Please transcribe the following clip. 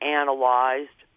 analyzed